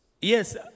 yes